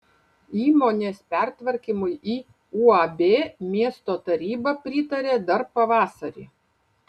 įmonės pertvarkymui į uab miesto taryba pritarė dar pavasarį